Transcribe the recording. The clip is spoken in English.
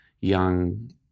young